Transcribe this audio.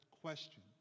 question